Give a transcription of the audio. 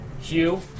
Hugh